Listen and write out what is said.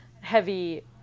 heavy